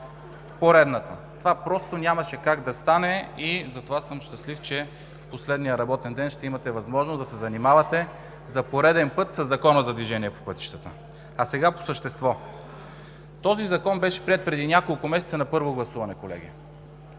пътищата. Това нямаше как да стане и затова съм щастлив, че в последния работен ден ще имате възможност да се занимавате за пореден път със Закона за движение по пътищата. Сега по същество, колеги. Този Закон беше приет преди няколко месеца на първо гласуване, както